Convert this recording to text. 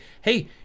hey